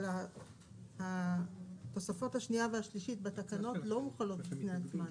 אבל התוספות השנייה והשלישית בתקנות לא מוחלות לפני הזמן.